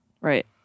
Right